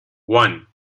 one